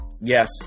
Yes